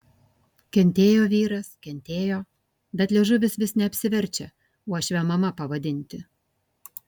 kentėjo vyras kentėjo bet liežuvis vis neapsiverčia uošvę mama pavadinti